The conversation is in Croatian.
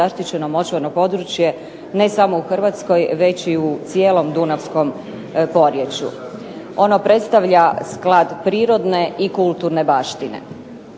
močvarno područje ne samo u Hrvatskoj već i u cijelom Dunavskom poriječju. Ono predstavlja sklad prirodne i kulturne baštine.